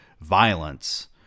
violence